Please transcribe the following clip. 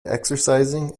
exercising